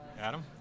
adam